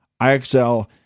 IXL